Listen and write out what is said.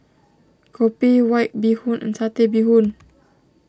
Kopi White Bee Hoon and Satay Bee Hoon